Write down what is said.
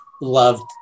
loved